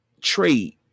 trade